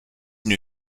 new